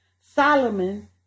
Solomon